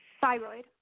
Thyroid